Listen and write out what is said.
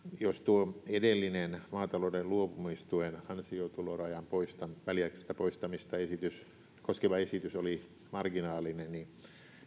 jos tuo edellinen maatalouden luopumistuen ansiotulorajan väliaikaista poistamista koskeva esitys oli marginaalinen niin